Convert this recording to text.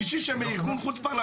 מישהי מארגון חוץ פרלמנטרי?